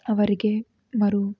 ಅವರಿಗೆ ಮರು